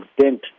dent